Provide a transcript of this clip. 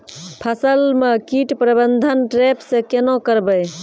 फसल म कीट प्रबंधन ट्रेप से केना करबै?